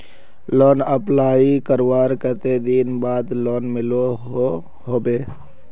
Loan apply करवार कते दिन बाद लोन मिलोहो होबे?